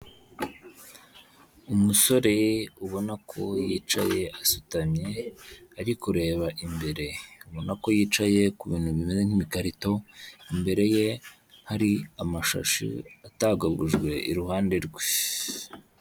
Umusore ubona ko yicaye asutamye, ari kureba imbere. Ubona ko yicaye ku bintu bimeze nk'ibikarito, imbere ye hari amashashi atagagujwe, iruhande rwe.